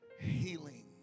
healing